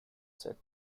said